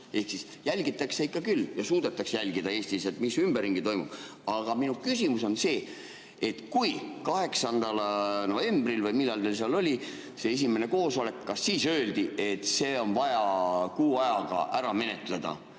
Ehk siis jälgitakse ikka küll ja suudetakse jälgida Eestis, mis ümberringi toimub. Aga minu küsimus on see, et 8. novembril või millal teil oli see esimene koosolek, kas siis öeldi, et see on vaja kuu ajaga ära menetleda.